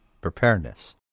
preparedness